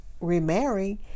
remarry